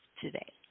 today